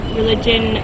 religion